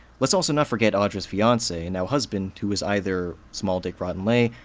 let's also not forget audra's fiance, and now husband, who was either small dick, rotten lay,